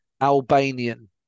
Albanian